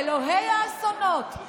אלוהי האסונות,